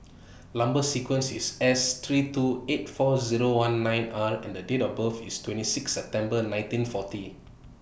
Number sequence IS S three two eight four Zero one nine R and The Date of birth IS twenty six September nineteen forty